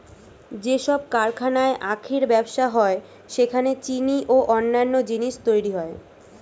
যেসব কারখানায় আখের ব্যবসা হয় সেখানে চিনি ও অন্যান্য জিনিস তৈরি হয়